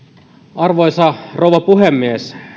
arvoisa rouva puhemies